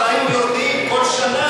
היו נותנים כל שנה.